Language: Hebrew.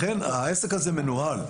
לכן העסק הזה מנוהל.